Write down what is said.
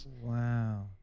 Wow